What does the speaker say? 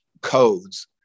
codes